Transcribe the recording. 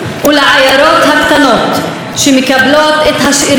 ולעיירות הקטנות שמקבלות את השאריות,